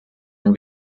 ein